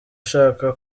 ushaka